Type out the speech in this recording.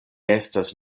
estas